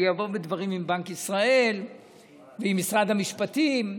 אבוא בדברים עם בנק ישראל ועם משרד המשפטים.